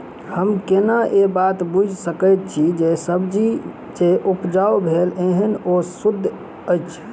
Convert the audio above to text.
हम केना ए बात बुझी सकैत छी जे सब्जी जे उपजाउ भेल एहन ओ सुद्ध अछि?